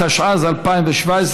התשע"ז 2017,